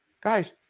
Guys